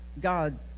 God